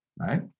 Right